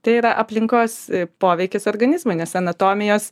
tai yra aplinkos poveikis organizmui nes anatomijos